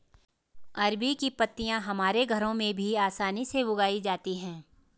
अरबी की पत्तियां हमारे घरों में भी आसानी से उगाई जाती हैं